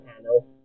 panel